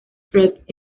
trek